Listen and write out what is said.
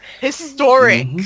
Historic